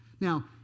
Now